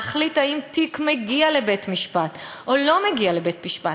להחליט אם תיק מגיע לבית-משפט או לא מגיע לבית-משפט,